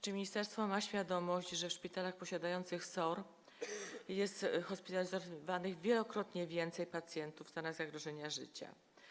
Czy ministerstwo ma świadomość, że w szpitalach posiadających SOR jest hospitalizowanych wielokrotnie więcej pacjentów w stanach zagrożenia życia?